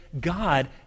God